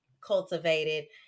cultivated